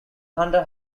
hunter